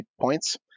points